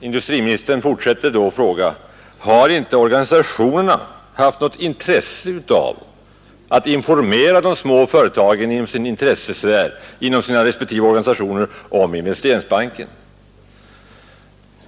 Industriministern fortsätter med frågan: Har inte organisationerna haft något intresse av att informera de små företagen inom sina respektive intressesfärer om Investeringsbanken?